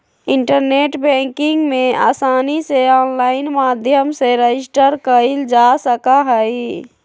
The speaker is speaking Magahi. इन्टरनेट बैंकिंग में आसानी से आनलाइन माध्यम से रजिस्टर कइल जा सका हई